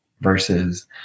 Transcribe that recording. versus